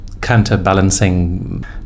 counterbalancing